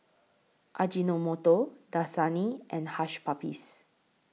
Ajinomoto Dasani and Hush Puppies